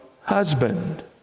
husband